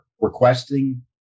requesting